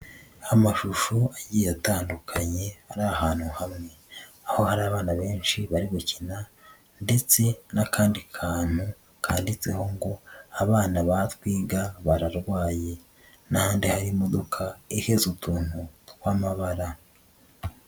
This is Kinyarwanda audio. Amashusho agiye atandukanye ari ahantu hamwe, aho hari abana benshi bari gukina ndetse n'akandi kantu kanditseho ngo abana ba twiga bararwaye, n'ahandi harimo ihetse utuntu tw'amabara.